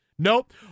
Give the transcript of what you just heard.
Nope